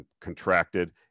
contracted